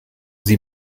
sie